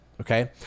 okay